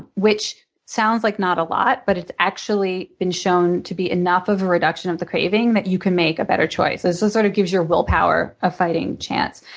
which sounds like not a lot, but it's actually been shown to be enough of a reduction of the craving that you can make a better choice. and so it sort of gives your willpower a fighting chance.